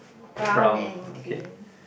brown and green